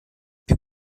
più